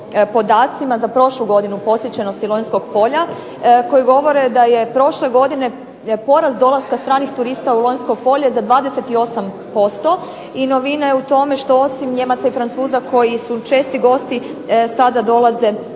za prošlu godinu posjećenosti Lonjskog polja koji govore da je prošle godine porast dolaska stranih turista u Lonjsko polje za 28% i novina je u tome što osim Nijemaca i Francuza koji su česti gosti sada dolaze